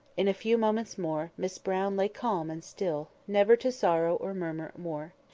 in a few moments more miss brown lay calm and still never to sorrow or murmur more.